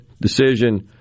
decision